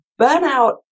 burnout